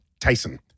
Tyson